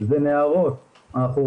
זה נערות.